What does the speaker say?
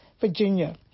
Virginia